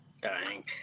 dying